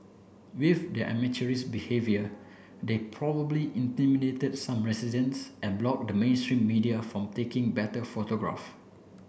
with their amateurish behaviour they probably intimidated some residents and blocked the mainstream media from taking better photograph